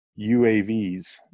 UAVs